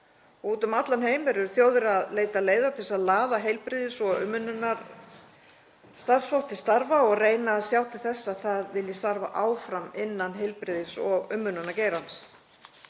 Út um allan heim eru þjóðir að leita leiða til að laða heilbrigðis- og umönnunarstarfsfólk til starfa og reyna að sjá til þess að það vilji starfa áfram innan heilbrigðis- og umönnunargeirans.